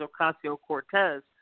Ocasio-Cortez